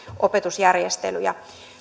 opetusjärjestelyjä